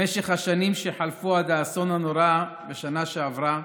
במשך השנים שחלפו, עד האסון הנורא בשנה שעברה,